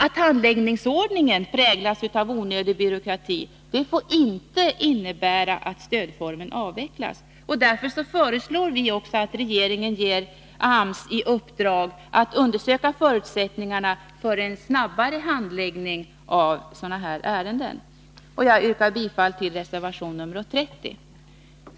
Att handläggningsordningen har präglats av onödig byråkrati får inte innebära att stödformen avvecklas. Därför föreslår vi också att regeringen ger AMS i uppdrag att undersöka förutsättningarna för en snabbare handläggning av sådana här ärenden. Jag yrkar bifall till reservation nr 30.